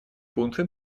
пункты